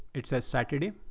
it says saturday.